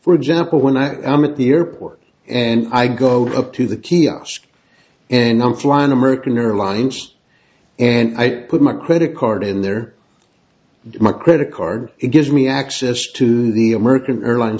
for example when i am at the airport and i go up to the kiosk and i'm flying american airlines and i put my credit card in their my credit card gives me access to the american airline